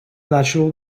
natural